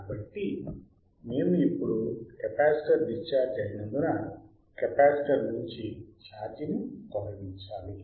కాబట్టి మేము ఇప్పుడు కెపాసిటర్ డిశ్చార్జ్ అయినందున కెపాసిటర్ నుండి ఛార్జ్ ని తొలగించాలి